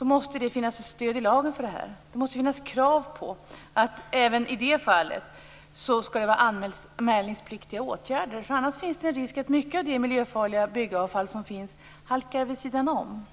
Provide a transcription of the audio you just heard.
måste det finnas stöd i lagen för detta. Det måste finnas krav på anmälningspliktiga åtgärder även i det fallet. Annars finns en risk att mycket av det miljöfarliga byggavfallet halkar vid sidan om.